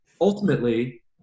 Ultimately